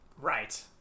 Right